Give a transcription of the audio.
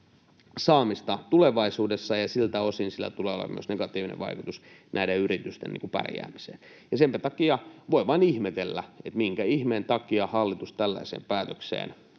saamista tulevaisuudessa, ja siltä osin sillä tulee olemaan myös negatiivinen vaikutus näiden yritysten pärjäämiseen. Senpä takia voi vain ihmetellä, minkä ihmeen takia hallitus tällaiseen päätökseen